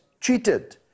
cheated